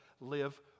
live